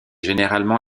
généralement